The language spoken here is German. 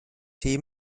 tee